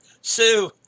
Sue